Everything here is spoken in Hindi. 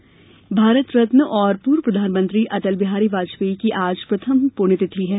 अटल पुण्यतिथि भारत रत्न और पूर्व प्रधानमंत्री अटल बिहारी वाजपेयी की आज प्रथम पुण्यतिथि है